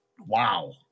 Wow